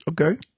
Okay